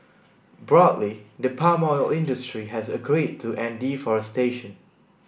broadly the palm oil industry has agreed to end deforestation